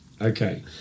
Okay